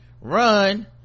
run